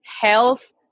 health